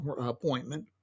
appointment